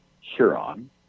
Huron